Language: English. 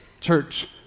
church